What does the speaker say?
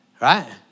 right